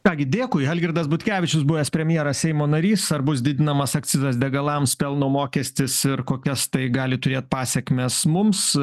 ką gi dėkui algirdas butkevičius buvęs premjeras seimo narys ar bus didinamas akcizas degalams pelno mokestis ir kokias tai gali turėt pasekmes mums